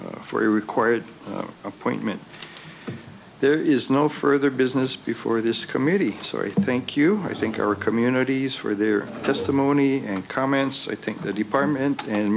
for the required appointment there is no further business before this committee so i thank you i think our communities for their testimony and comments i think the department and